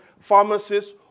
pharmacists